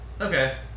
okay